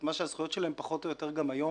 מה שהזכויות שלהם פחות או יותר גם היום.